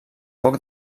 poc